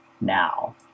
now